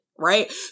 Right